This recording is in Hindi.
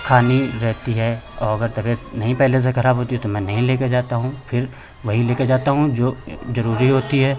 खानी रहती है और अगर तबियत नहीं पहले से खराब होती है तो मैं नहीं लेकर जाता हूँ फ़िर वही लेकर जाता हूँ जो ज़रूरी होता है